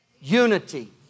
Unity